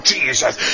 Jesus